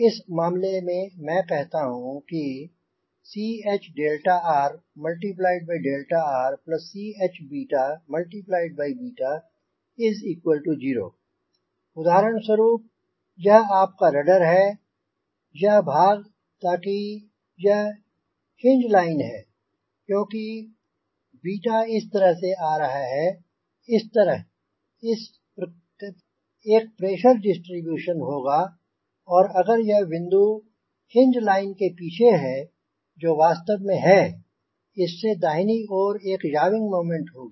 इस मामले में मैं कहता हूँ कि ChrrCh0 उदाहरण स्वरूप यह आपका रडर है यह भाग ताकि यह हिन्ज लाइन है क्योंकि 𝛽 इस तरह से आ रहा है इस तरह इस पर एक प्रेशर डिस्ट्रीब्यूशन होगा और अगर यह बिंदु हिन्ज लाइन के पीछे है जो वास्तव में है इस से दाहिनी ओर एक याविंग मोमेंट होगी